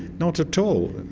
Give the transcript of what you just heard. not at all.